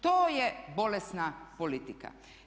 To je bolesna politika.